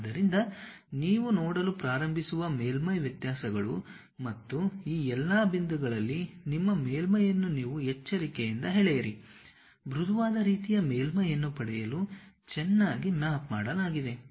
ಆದ್ದರಿಂದ ನೀವು ನೋಡಲು ಪ್ರಾರಂಭಿಸುವ ಮೇಲ್ಮೈ ವ್ಯತ್ಯಾಸಗಳು ಮತ್ತು ಈ ಎಲ್ಲಾ ಬಿಂದುಗಳಲ್ಲಿ ನಿಮ್ಮ ಮೇಲ್ಮೈಯನ್ನು ನೀವು ಎಚ್ಚರಿಕೆಯಿಂದ ಎಳೆಯಿರಿ ಮೃದುವಾದ ರೀತಿಯ ಮೇಲ್ಮೈಯನ್ನು ಪಡೆಯಲು ಚೆನ್ನಾಗಿ ಮ್ಯಾಪ್ ಮಾಡಲಾಗಿದೆ